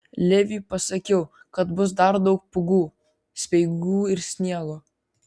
leviui pasakiau kad bus dar daug pūgų speigų ir sniego